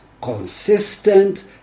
consistent